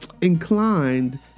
inclined